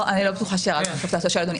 אני לא בטוחה שירדתי לסוף דעתו של אדוני.